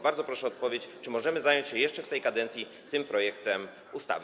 Bardzo proszę o odpowiedź: Czy możemy zająć się jeszcze w tej kadencji tym projektem ustawy?